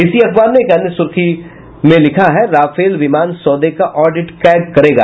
इसी अखबार ने एक अन्य सुर्खी बनाया है राफेल विमान सौदे का ऑडिट कैग करेगा